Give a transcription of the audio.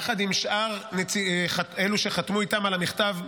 יחד עם שאר אלו שחתמו איתם על המכתב,